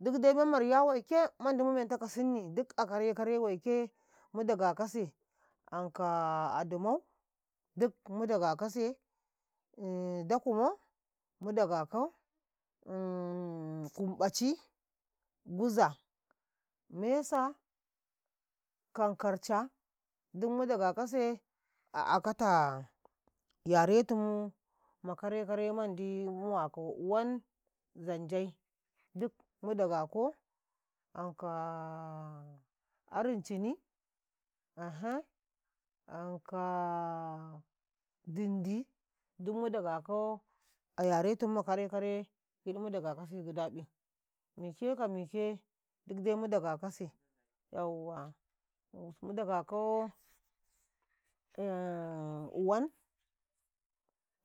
﻿Dik dai memma riya waike mandi mu mentako sinyi gid a karai-karai waike bandi mu daga kase anka adimau giɗ mu dagaka se dakumau mu dagakau kumƃaci, guza, mesa kan karca giɗ mu dagakase a akata yare tum karai-karai mandi mu wako uwan, zanjai giɗ mu dagako anka arancani aha anka dindi giɗ mu dagako ayare tbomu ma kare-kare giɗ mu daga kase gidaƃi, mike ka mike mu dagakasi yauwa mudagako uwan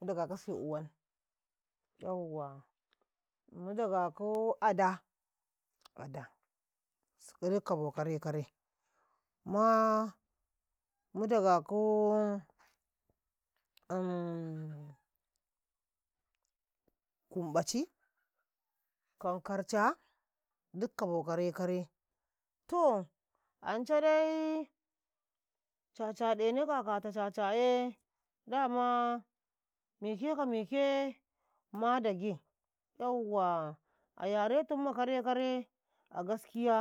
mu daga kase uwan, yauwa mu dagakau ada, ada giɗsu kabo karai-karai mudagakaw, kumbaci, kankarca giɗ kabo karai-karai toh ancaidai caca ɗeneka akata cacaye dama mike ka mike ma dage yauwa a yare tu ma karai-karai a gaskiya.